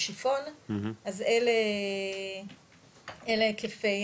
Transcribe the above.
לנשיפון, אז אלה היקפי